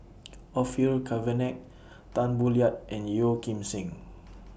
Orfeur Cavenagh Tan Boo Liat and Yeo Kim Seng